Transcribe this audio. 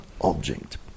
object